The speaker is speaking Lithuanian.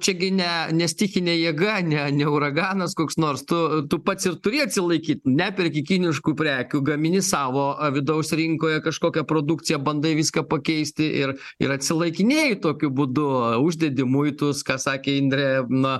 čiagi ne ne stichinė jėga ne ne uraganas koks nors tu tu pats ir turi atsilaikyt neperki kiniškų prekių gamini savo vidaus rinkoje kažkokią produkciją bandai viską pakeisti ir ir atsilaikinėji tokiu būdu uždedi muitus ką sakė indrė na